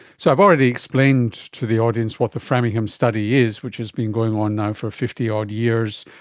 so i've already explained to the audience what the framingham study is, which has been going on now for fifty odd years,